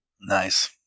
Nice